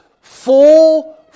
full